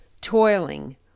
toiling